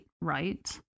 right